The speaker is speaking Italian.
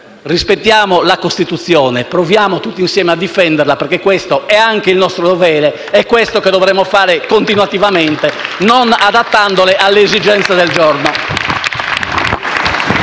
Rispettiamo la Costituzione e proviamo tutti insieme a difenderla, perché questo è anche il nostro dovere ed è questo che dovremmo fare sempre non adattandoci alle esigenze del giorno.